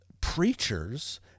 preachers